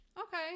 okay